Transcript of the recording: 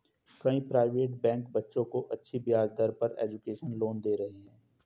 कई private bank बच्चों को अच्छी ब्याज दर पर एजुकेशन लोन दे रहे है